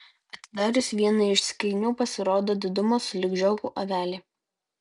atidarius vieną iš skrynių pasirodo didumo sulig žiogu avelė